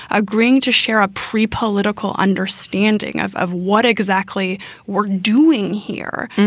agreeing to share a pre-political understanding of of what exactly we're doing here.